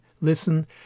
listen